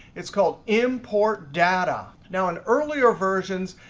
it's called import data. now in earlier versions,